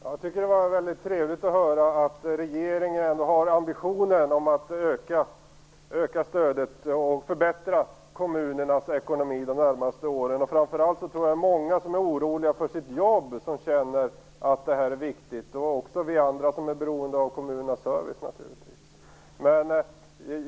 Herr talman! Jag tycker att det var mycket trevligt att höra att regeringen har ambitionen att öka stödet och förbättra kommunernas ekonomi de närmaste åren. Framför allt tror jag att många som är oroliga för sitt jobb känner att det här är viktigt, liksom vi andra som är beroende av kommunernas service.